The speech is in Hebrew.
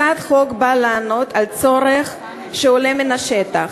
הצעת החוק באה לענות על צורך שעולה מן השטח.